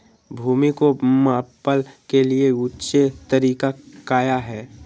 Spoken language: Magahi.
भूमि को मैपल के लिए ऊंचे तरीका काया है?